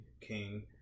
King